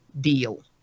deal